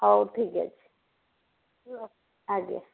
ହଉ ଠିକ ଅଛି ଆଜ୍ଞା